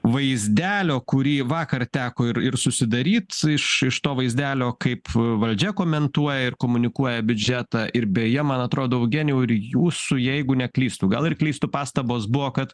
vaizdelio kurį vakar teko ir ir susidaryt iš iš to vaizdelio kaip valdžia komentuoja ir komunikuoja biudžetą ir beje man atrodo eugenijau ir jūsų jeigu neklystu gal ir klystu pastabos buvo kad